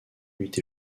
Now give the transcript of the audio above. nuit